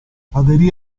aderì